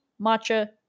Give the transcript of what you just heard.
matcha